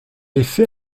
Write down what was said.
effet